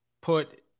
put